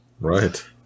Right